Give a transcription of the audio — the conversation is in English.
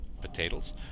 potatoes